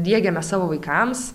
diegiame savo vaikams